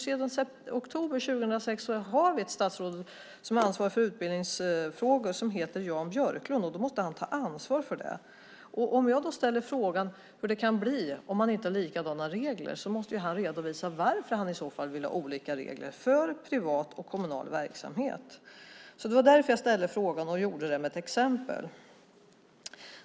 Sedan oktober 2006 har vi ett statsråd som är ansvarig för utbildningsfrågor som heter Jan Björklund. Han måste ta ansvar för det. När jag ställer frågan om hur det kan bli om man inte har likadana regler måste han redovisa varför han i så fall vill ha olika regler för privat och kommunal verksamhet. Det var därför jag ställde frågan och gjorde det med ett exempel.